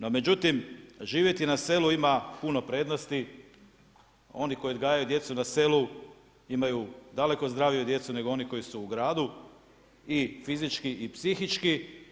No međutim živjeti na selu ima puno prednosti, oni koji odgajaju djecu na selu imaju daleko zdraviju djecu nego oni koji su u gradu i fizički i psihički.